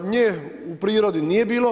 Nje u prirodi nije bilo.